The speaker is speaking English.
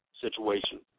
situation